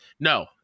No